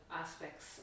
aspects